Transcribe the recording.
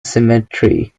cemetery